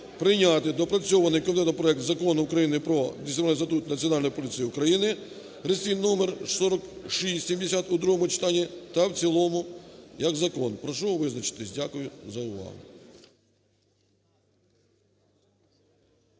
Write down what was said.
прийняти доопрацьований комітетом проект Закону України про Дисциплінарний статут Національної поліції України (реєстраційний номер 4670) у другому читанні та в цілому як закон. Прошу визначитись. Дякую за увагу.